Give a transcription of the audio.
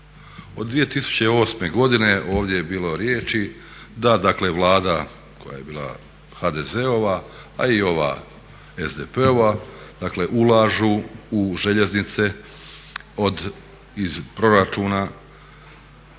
Od 2008. godine ovdje je bilo riječi da dakle Vlada koja je bila HDZ-ova a i ova SDP-ova, dakle ulažu u željeznice iz proračuna